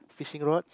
fishing rods